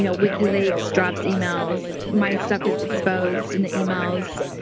you know wikileaks, dropped emails. my stuff is exposed in the emails,